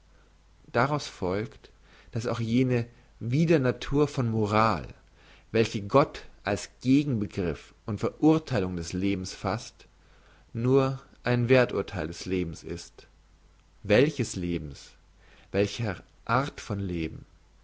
daraus folgt dass auch jene widernatur von moral welche gott als gegenbegriff und verurtheilung des lebens fasst nur ein werthurtheil des lebens ist welches lebens welcher art von leben